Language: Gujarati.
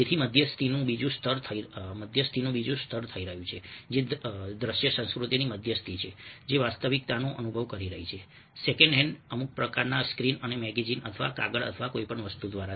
તેથી મધ્યસ્થીનું બીજું સ્તર થઈ રહ્યું છે જે દ્રશ્ય સંસ્કૃતિની મધ્યસ્થી છે જે વાસ્તવિકતાનો અનુભવ કરી રહી છે સેકન્ડ હેન્ડ અમુક પ્રકારના સ્ક્રીન અથવા મેગેઝિન અથવા કાગળ અથવા કોઈપણ વસ્તુ દ્વારા